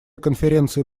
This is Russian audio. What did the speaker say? конференции